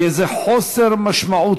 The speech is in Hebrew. יהיה זה חסר משמעות,